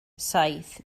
saith